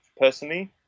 personally